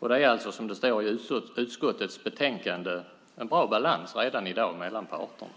Det är alltså, som det står i utskottets betänkande, redan i dag en bra balans mellan parterna.